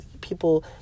people